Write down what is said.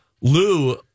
Lou